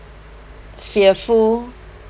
fearful